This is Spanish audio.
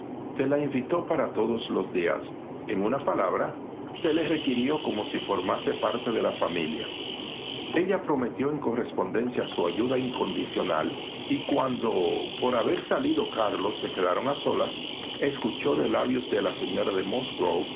se la invitó para todos los días en una palabra se la requirió como si formase parte de la familia ella prometió en correspondencia su ayuda incondicional y cuando por haber salido carlos se quedaron solas escuchó de labios de la señora de